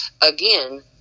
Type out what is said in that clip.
Again